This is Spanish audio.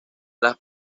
las